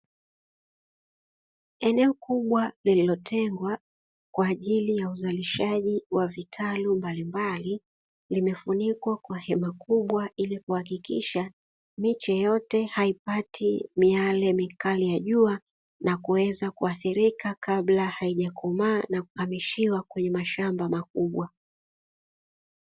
Eneo kubwa lililotengwa kwa ajili ya uzalishaji wa vitalu mbalimbali, limefunikwa kwa hema kubwa ilikuhakikisha, miche yote haipati miale mikali ya jua na kuweza kuathirika kabla haijakomaa na kuhamishiwa kwenye mashamba makubwa.